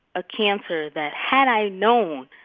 a cancer that, had i known,